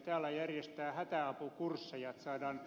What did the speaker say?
täällä järjestetään hätäapukursseja että saadaan